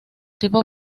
tipo